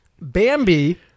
bambi